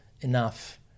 enough